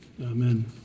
amen